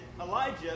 Elijah